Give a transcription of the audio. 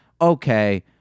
okay